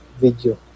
video